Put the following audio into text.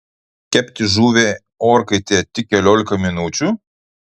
kepti žuvį orkaitėje tik keliolika minučių